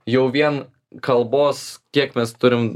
jau vien kalbos kiek mes turim